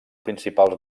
principals